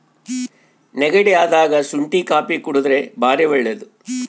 ನೆಗಡಿ ಅದಾಗ ಶುಂಟಿ ಕಾಪಿ ಕುಡರ್ದೆ ಬಾರಿ ಒಳ್ಳೆದು